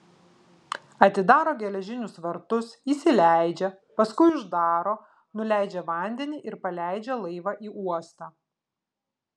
atidaro geležinius vartus įsileidžia paskui uždaro nuleidžia vandenį ir paleidžia laivą į uostą